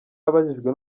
abajijwe